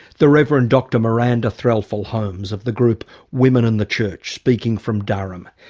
the reverend dr miranda threlfall-holmes of the group women and the church, speaking from durham.